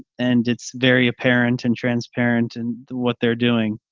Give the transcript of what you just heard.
and it's very apparent and transparent and what they're doing.